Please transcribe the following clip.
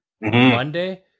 monday